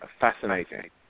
fascinating